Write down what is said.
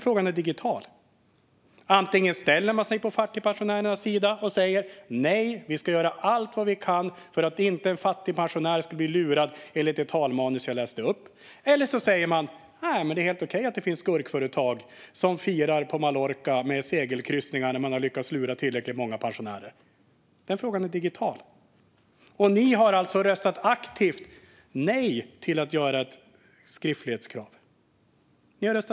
Frågan är digital: Antingen ställer man sig på fattigpensionärernas sida och säger att man ska göra allt för att en fattigpensionär inte ska bli lurad enligt det talmanus jag läste upp, eller så säger man att det är helt okej att det finns skurkföretag som firar med segelkryssning på Mallorca när de har lyckats lura tillräckligt många pensionärer. Ni har aktivt röstat nej till att införa ett skriftlighetskrav, Nadja Awad.